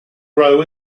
grow